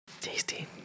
Tasty